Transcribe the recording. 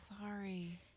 sorry